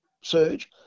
surge